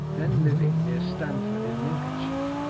then living near stamford in lincolnshire.